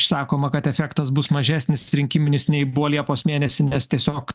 sakoma kad efektas bus mažesnis rinkiminis nei buvo liepos mėnesį nes tiesiog